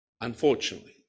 Unfortunately